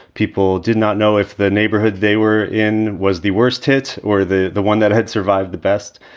people did not know if the neighborhood they were in was the worst hit or the the one that had survived the best.